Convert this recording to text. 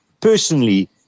personally